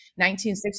1960